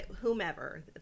whomever